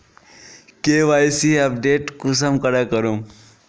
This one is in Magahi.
के.वाई.सी अपडेट कुंसम करे करूम?